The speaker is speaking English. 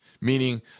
meaning